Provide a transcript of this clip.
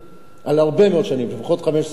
לפחות 15 שנה,